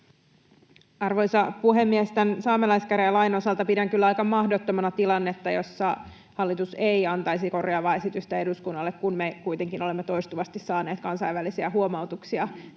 Arvoisa puhemies! Tämän saamelaiskäräjälain osalta pidän kyllä aika mahdottomana tilannetta, jossa hallitus ei antaisi korjaavaa esitystä eduskunnalle, kun me kuitenkin olemme toistuvasti saaneet kansainvälisiä huomautuksia tästä